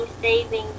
saving